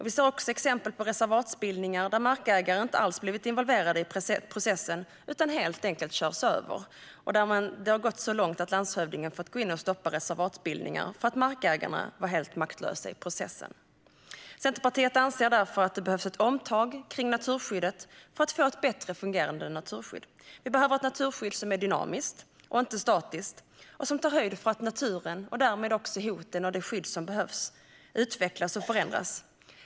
Vi ser också exempel på reservatsbildningar där markägarna inte alls blivit involverade i processen utan helt enkelt körts över. Ibland har det gått så långt att landshövdingen har fått gå in och stoppa reservatsbildningen därför att markägarna varit helt maktlösa i processen. Centerpartiet anser därför att det behövs ett omtag kring naturskyddet för att vi ska få ett bättre fungerande naturskydd. Vi behöver ett naturskydd som är dynamiskt, inte statiskt, och som tar höjd för att naturen - och därmed även hoten och det skydd som behövs - utvecklas och förändras.